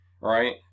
right